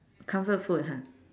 comfort food ha